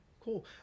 Cool